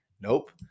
Nope